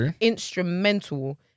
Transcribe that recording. instrumental